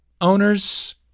owners